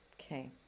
Okay